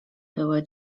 były